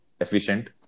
efficient